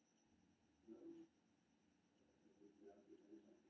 सांसद निधि योजना मे हरेक सांसद के क्षेत्रक विकास लेल पांच करोड़ रुपैया सलाना भेटे छै